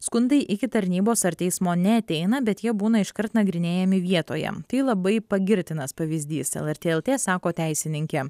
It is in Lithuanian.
skundai iki tarnybos ar teismo neateina bet jie būna iškart nagrinėjami vietoje tai labai pagirtinas pavyzdys lrt lt sako teisininkė